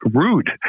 rude